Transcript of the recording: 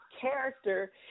character